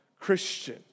Christian